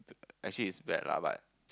actually it's bad lah but